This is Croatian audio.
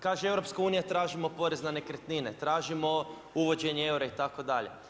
Kaže EU, tražimo porez na nekretnine, tražimo uvođenje eura itd.